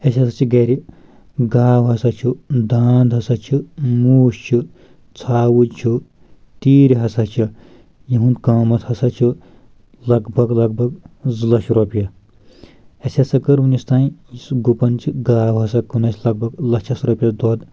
اسہِ ہسا چھِ گَرِ گاو ہسا چھِ دانٛد ہسا چھِ موٗش چھُ ژھاوٕج چھُ تیٖر ہسا چھِ یِہُنٛد قۭمَتھ ہسا چھُ لَگ بَگ لَگ بَگ ذٕ لچھ رۄپیہِ اَسہِ ہسا کٔر وٕنِس تانٛۍ یُس گُپن چھِ گاو ہسا کُن اسہِ لَگ بَگ لَچَھس رۄپیَس دۄد